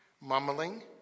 mumbling